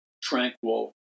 tranquil